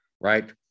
Right